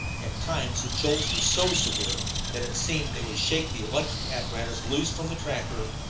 at times the jolts were so severe that it seemed they would shake the electrical apparatus loose from the tractor,